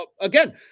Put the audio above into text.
again